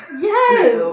Yes